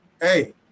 Hey